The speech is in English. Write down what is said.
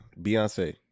Beyonce